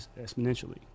exponentially